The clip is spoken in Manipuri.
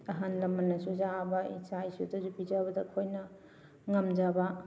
ꯑꯍꯟ ꯂꯃꯟꯅꯁꯨ ꯌꯥꯕ ꯏꯆꯥ ꯏꯁꯨꯗꯁꯨ ꯄꯤꯖꯕꯗ ꯑꯩꯈꯣꯏꯅ ꯉꯝꯖꯕ